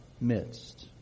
midst